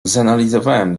zanalizowałem